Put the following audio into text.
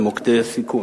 מכובדי השר,